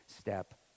step